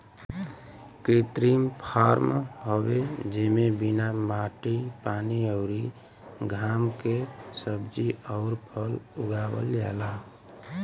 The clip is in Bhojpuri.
कृत्रिम फॉर्म हवे जेमे बिना माटी पानी अउरी घाम के सब्जी अउर फल उगावल जाला